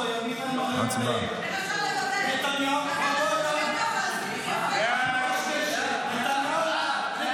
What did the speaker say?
ההצעה להעביר את הצעת חוק הירושה (תיקון,